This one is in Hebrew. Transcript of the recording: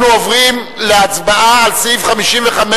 אנחנו עוברים להצבעה על סעיף 55,